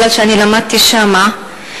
כי למדתי שם.